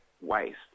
waste